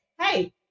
Hey